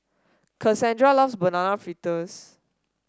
Cassandra loves Banana Fritters